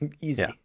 Easy